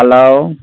hello